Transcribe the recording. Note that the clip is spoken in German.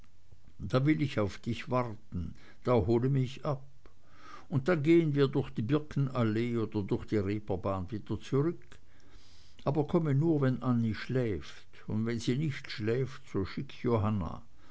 da will ich auf dich warten da hole mich ab und dann gehen wir durch die birkenallee oder durch die reeperbahn wieder zurück aber komme nur wenn annie schläft und wenn sie nicht schläft so schicke johanna